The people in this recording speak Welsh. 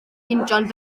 injan